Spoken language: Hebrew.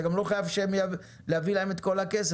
אתה גם לא חייב להביא להם את כל הכסף,